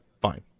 fine